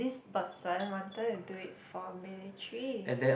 person wanted to do it for military